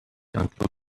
conclusion